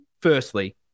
firstly